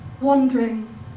wandering